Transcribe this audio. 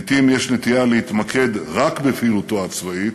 לעתים יש נטייה להתמקד רק בפעילותו הצבאית,